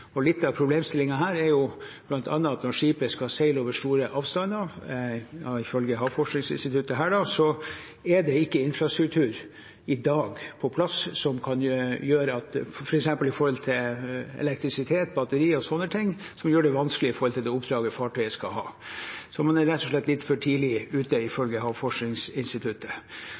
Litt av problemstillingen her er jo bl.a. at når skipet skal seile over store avstander, er det i dag ifølge Havforskningsinstituttet ikke infrastruktur på plass, f.eks. når det gjelder elektrisitet, batteri og sånne ting, noe som gjør det vanskelig med tanke på det oppdraget fartøyet skal ha. Man er rett og slett litt for tidlig ute, ifølge Havforskningsinstituttet.